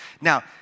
Now